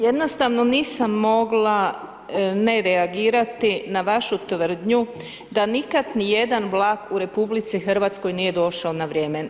jednostavno nisam mogla ne reagirati na vašu tvrdnju da nikad nijedan vlak u RH nije došao na vrijeme.